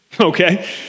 Okay